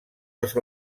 les